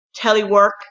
telework